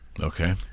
Okay